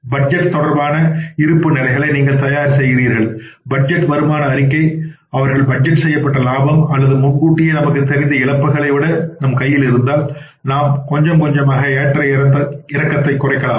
budget தொடர்பான இருப்புநிலைகளை நீங்கள் தயார் செய்கிறீர்கள் பட்ஜெட் வருமான அறிக்கை அவர்களின் பட்ஜெட் செய்யப்பட்ட லாபம் அல்லது முன்கூட்டியே நமக்குத் தெரிந்த இழப்புகளை விட நம் கையில் இருந்தால் நாம் கொஞ்சம் கொஞ்சமாக ஏற்ற இறக்கத்தைக் குறைக்கலாம்